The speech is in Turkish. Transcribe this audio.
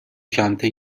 kente